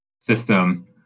system